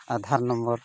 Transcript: Aadhaar number